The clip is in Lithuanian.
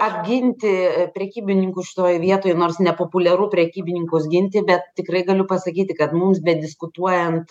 apginti prekybininkus šitoj vietoj nors nepopuliaru prekybininkus ginti bet tikrai galiu pasakyti kad mums bediskutuojant